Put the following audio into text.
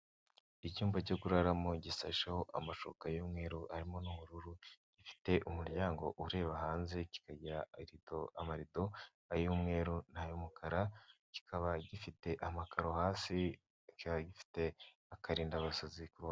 Icyumba cyo kuramo gisasheho amashuka y'umweru arimo n'ubururu, gifite umuryango ureba hanze, kikagira amarido ay'umweru nay'umukara, kikaba gifite amakaro hasi, kikaba gifite akarinda abasazi ku